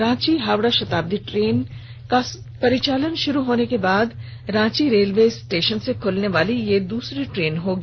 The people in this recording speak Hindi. रांची हावड़ा शताब्दी स्पेशल ट्रेन का परिचालन शुरू होने के बाद रांची रेलवे स्टेशन से खुलने वाली यह दूसरी ट्रेन होगी